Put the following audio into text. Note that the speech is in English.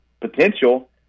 potential